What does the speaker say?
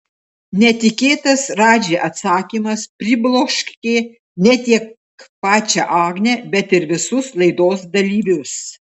netikėtas radži atsakymas pribloškė ne tik pačią agnę bet ir visus laidos dalyvius